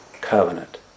covenant